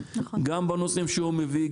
גם בנושאים שהוא מביא,